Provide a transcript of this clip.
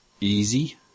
easy